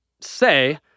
say